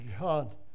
God